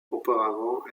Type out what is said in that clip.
auparavant